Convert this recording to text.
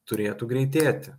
turėtų greitėti